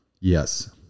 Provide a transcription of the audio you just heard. Yes